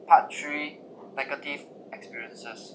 part three negative experiences